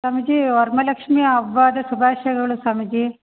ಸ್ವಾಮೀಜಿ ವರ್ಮಹಾಲಕ್ಷ್ಮಿ ಹಬ್ಬಾದ ಶುಭಾಶಯಗಳು ಸ್ವಾಮೀಜಿ